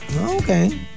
Okay